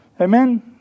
Amen